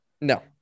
No